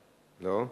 לא.